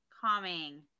calming